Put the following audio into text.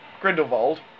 Grindelwald